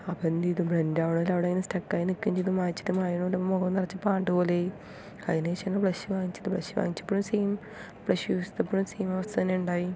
അപ്പം എന്ത് ചെയ്തു ബ്ലെൻഡ് ആവുന്നില്ല അവിടെയിങ്ങനെ സ്റ്റക്ക് ആയിട്ട് നിൽക്കുകയും ചെയ്തു മായിച്ചിട്ട് മായുകയൊന്നുമില്ല മുഖം നിറച്ച് പാണ്ട് പോലെയായി അതിനുശേഷം ആണ് ബ്ലഷ് വാങ്ങിച്ചത് ബ്ലഷ് വാങ്ങിച്ചപ്പഴും സെയിം ബ്ലഷ് യൂസ് ചെയ്തപ്പോഴും സെയിം അവസ്ഥ തന്നെയുണ്ടായി